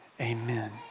Amen